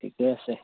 ঠিকে আছে